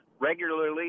regularly